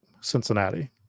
Cincinnati